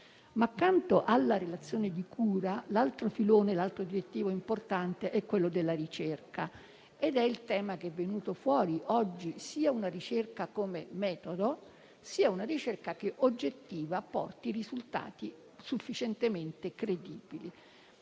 Accanto alla relazione di cura, l'altro filone direttivo importante è quello della ricerca ed è il tema emerso oggi: sia una ricerca come metodo, sia una ricerca oggettiva che porti risultati sufficientemente credibili.